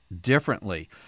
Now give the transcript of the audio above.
differently